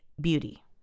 Beauty